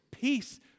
peace